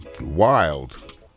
Wild